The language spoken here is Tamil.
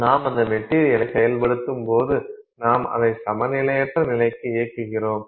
நாம் அந்த மெட்டீரியலை செயல் படுத்தும்போது நாம் அதை சமநிலையற்ற நிலைக்கு இயக்குகிறோம்